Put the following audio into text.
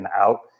out